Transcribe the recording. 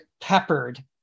peppered